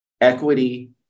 equity